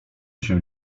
się